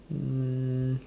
um